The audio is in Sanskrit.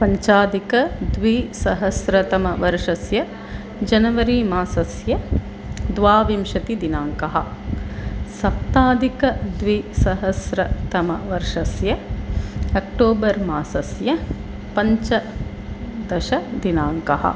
पञ्चाधिकद्विसहस्रतमवर्षस्य जनवरी मासस्य द्वाविंशतिदिनाङ्कः सप्ताधिकद्विसहस्रतमवर्षस्य अक्टोबर् मासस्य पञ्चदशदिनाङ्कः